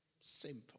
Simple